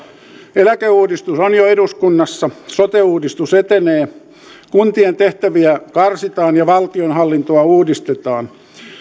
eläkeuudistus on jo eduskunnassa sote uudistus etenee kuntien tehtäviä karsitaan ja valtionhallintoa uudistetaan